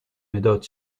مداد